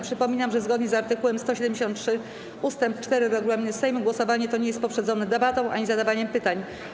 Przypominam, że zgodnie z art. 173 ust. 4 regulaminu Sejmu głosowanie to nie jest poprzedzone debatą ani zadawaniem pytań.